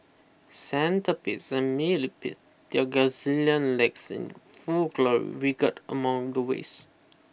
centipedes and millipedes their gazillion legs in full glory wriggled among the waste